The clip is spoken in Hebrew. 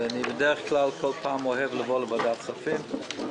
אני בדרך כלל אוהב לבוא לוועדת הכספים.